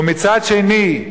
ומצד שני,